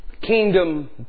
Kingdom